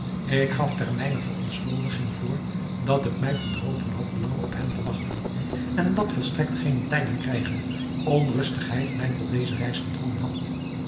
ik gaf ter mijner verontschuldiging voor dat het mij verdroten had langer op hen te wachten en dat volstrekt geene tijding krijgende ongerustheid mij tot deze reis gedrongen had